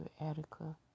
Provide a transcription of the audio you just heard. Attica